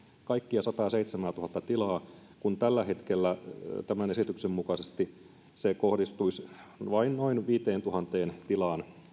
kaikkia sataaseitsemäätuhatta tilaa kun tällä hetkellä tämän esityksen mukaisesti se kohdistuisi vain noin viiteentuhanteen tilaan